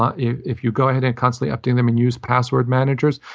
ah if if you go ahead and constantly update them and use password managers,